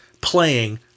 playing